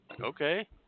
okay